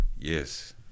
Yes